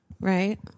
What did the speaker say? Right